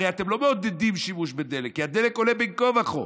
הרי אתם לא מעודדים שימוש בדלק כי הדלק עולה בין כה וכה.